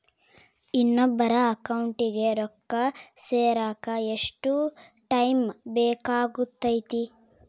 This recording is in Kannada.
ಇನ್ನೊಬ್ಬರ ಅಕೌಂಟಿಗೆ ರೊಕ್ಕ ಸೇರಕ ಎಷ್ಟು ಟೈಮ್ ಬೇಕಾಗುತೈತಿ?